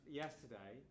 yesterday